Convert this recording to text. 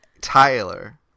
Tyler